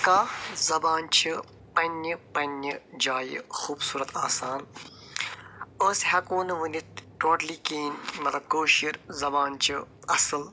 ہر کانٛہہ زبان چھِ پنٕنہِ پنٕنہِ جایہِ خوبصوٗرت آسان أسۍ ہٮ۪کو نہٕ ؤنِتھ ٹوٹلی کہیٖنٛۍ مطلب کٲشِر زبان چھِ اَصٕل